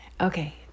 okay